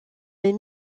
les